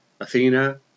Athena